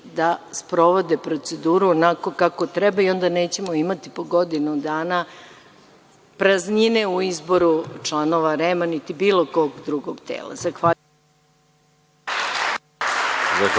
da sprovode proceduru onako kako treba. Onda nećemo imati po godinu dana praznine u izboru članova REM-a, niti bilo kog drugog tela.